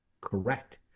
Correct